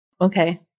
Okay